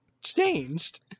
changed